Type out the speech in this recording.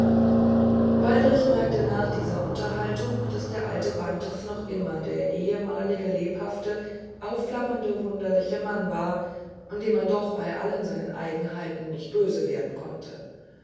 waldrich merkte aus dieser unterhaltung daß der alte bantes noch immer der ehemalige lebhafte aufflammende wunderliche mann war dem man doch bei allen seinen eigenheiten nicht böse werden konnte